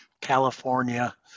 California